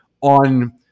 on